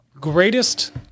greatest